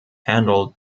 handled